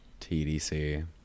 tdc